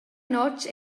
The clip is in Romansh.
notg